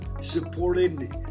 supported